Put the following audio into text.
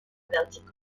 bèlgica